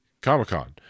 comic-con